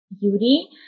beauty